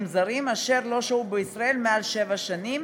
זרים אשר לא שהו בישראל מעל שבע שנים,